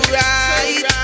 right